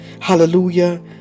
hallelujah